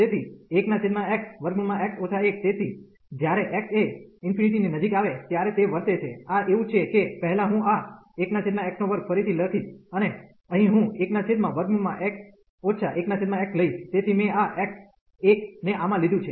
તેથી 1xx 1 તેથી જ્યારે x એ ∞ ની નજીક આવે ત્યારે તે વર્તે છે આ એવું છે કે પહેલા હું આ 1x2 ફરીથી લખીશ અને અહીં હું 11 1x લઈશ તેથી મેં આ x 1 ને આમાં લીધું છે